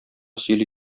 сөйли